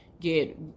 get